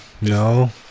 no